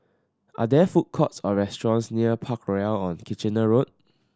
are there food courts or restaurants near Parkroyal on Kitchener Road